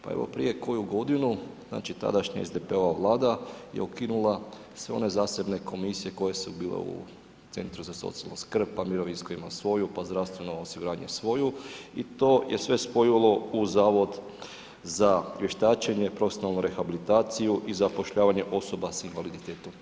Pa evo, prije koju godinu znači, tadašnja SDP-ova Vlada je ukinula sve one zasebne komisije koje su bile u Centru za socijalnu skrb, pa mirovinsko ima svoju, pa zdravstveno osiguranje svoju i to je sve spojilo u Zavod za vještačenje, profesionalnu rehabilitaciju i zapošljavanje osoba s invaliditetom.